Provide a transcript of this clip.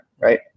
right